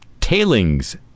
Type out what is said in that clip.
tailings